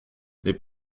les